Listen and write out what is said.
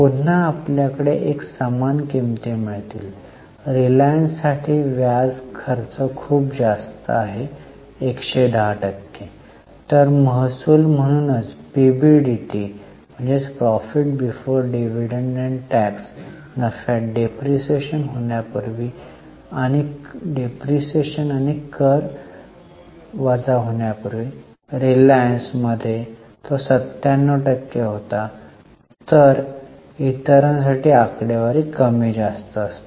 पुन्हा आपल्याला एक समान किमती मिळतील रिलायन्स साठी व्याज खर्च खूप जास्त आहे 110 टक्के महसूल म्हणूनच पीबीडीटी नफ्यात डेप्रिसिएशन होण्यापूर्वी आणि कर रिलायन्स वजा 97 टक्के होतो तर इतरांसाठी आकडेवारी कमी जास्त समान असते